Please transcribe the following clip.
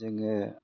जोङो